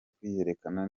kwiyerekana